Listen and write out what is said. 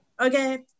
okay